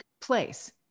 Place